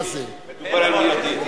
הכול מיידי.